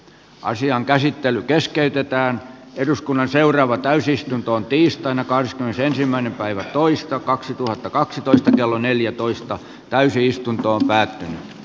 asian käsittely keskeytetään eduskunnan seuraava täysistuntoon tiistaina kahdeskymmenesensimmäinen päivä toista kaksituhattakaksitoista kello neljätoista täysistuntoon tai